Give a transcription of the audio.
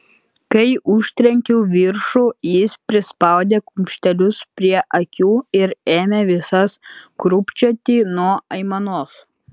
kai užtrenkiau viršų jis prispaudė kumštelius prie akių ir ėmė visas krūpčioti nuo aimanos